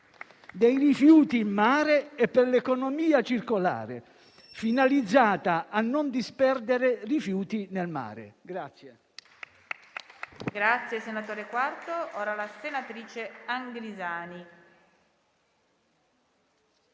dei rifiuti in mare e per l'economia circolare, finalizzata a non disperdere rifiuti nel mare.